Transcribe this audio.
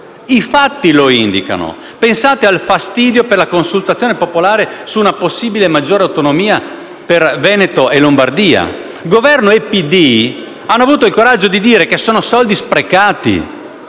I fatti lo indicano. Pensate al fastidio per la consultazione popolare su una possibile maggiore autonomia per Veneto e Lombardia: Governo e PD hanno avuto il coraggio di dire che sono soldi sprecati.